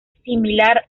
similar